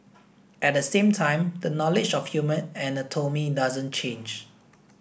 at the same time the knowledge of human anatomy doesn't change